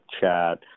chat